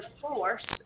force